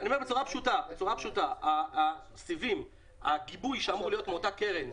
אני אומר בצורה פשוטה: הגיבוי שאמור להיות מאותה קרן,